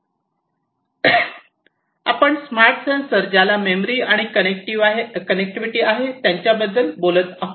आपण smart sensor ज्याला memory आणि कनेक्टिविटी आहे त्यांच्याबद्दल बोलत आहोत